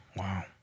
Wow